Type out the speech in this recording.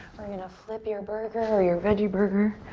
we're gonna flip your burger or your veggie burger